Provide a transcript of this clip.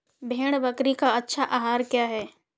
भेड़ बकरी का अच्छा आहार क्या है?